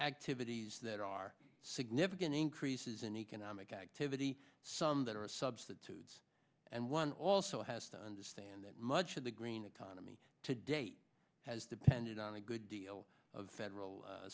activities that are significant increases in economic activity some that are substitutes and one also has to understand that much of the green economy to date has depended on a good deal of federal